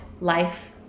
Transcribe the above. life